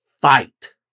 fight